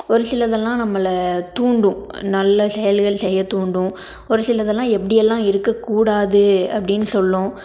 ஒரு சிலது எல்லாம் நம்மளை தூண்டும் நல்ல செயல்கள் செய்ய தூண்டும் ஒரு சிலது எல்லாம் எப்படி எல்லாம் இருக்கக்கூடாது அப்படின்னு சொல்லும்